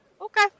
Okay